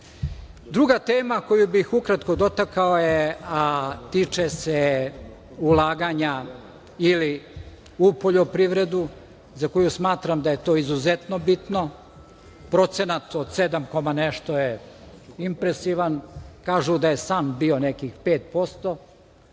ide. Druga tema koju bih ukratko dotakao jeste, a tiče se ulaganja u poljoprivredu, za koju smatram da je to izuzetno bitno. Procenat od sedam koma nešto je impresivan, kažu da je san bio nekih 5%,